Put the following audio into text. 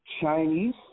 Chinese